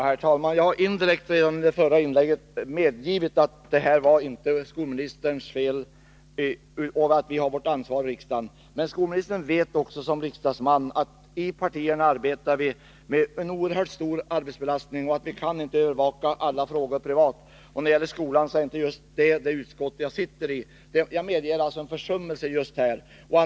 Herr talman! I mitt förra inlägg har jag indirekt medgivit att detta inte är skolministerns fel och att vi här i riksdagen har vårt ansvar. Men som förutvarande riksdagsledamot vet skolministern att vi i partierna har en oerhört stor arbetsbelastning och att vi som enskilda ledamöter inte kan övervaka alla frågor — jag är f.ö. inte heller ledamot av just utbildningsutskottet. Jag medger alltså en försummelse i det här fallet.